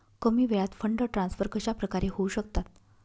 कमी वेळात fund transfer कशाप्रकारे होऊ शकतात?